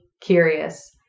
curious